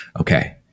okay